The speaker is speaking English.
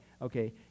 Okay